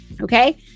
Okay